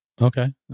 Okay